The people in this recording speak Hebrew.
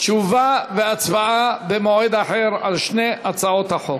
תשובה והצבעה במועד אחר, על שתי הצעות החוק.